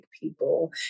people